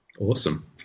Awesome